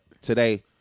today